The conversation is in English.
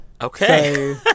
Okay